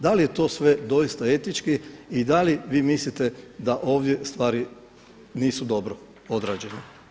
Da li je to sve doista etički i da li vi mislite da ovdje stvari nisu dobro odrađene?